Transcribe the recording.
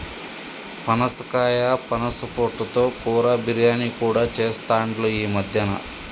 పనసకాయ పనస పొట్టు తో కూర, బిర్యానీ కూడా చెస్తాండ్లు ఈ మద్యన